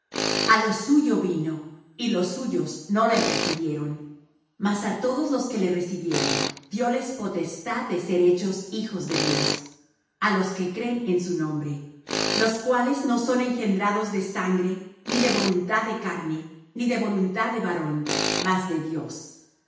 a lo suyo vino y los suyos no le recibieron mas á todos los que le recibieron dióles potestad de ser hechos hijos de dios á los que creen en su nombre los cuales no son engendrados de sangre ni de voluntad de carne ni de voluntad de varón mas de dios